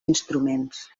instruments